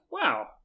wow